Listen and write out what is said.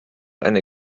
eine